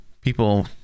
people